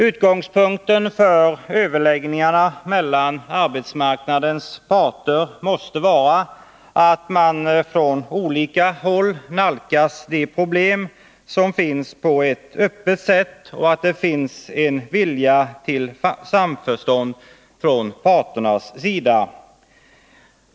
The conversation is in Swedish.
Utgångspunkten för överläggningarna mellan arbetsmarknadens parter måste vara att man från olika håll på ett öppet sätt nalkas de problem som finns och att det finns en vilja till samförstånd från parternas sida.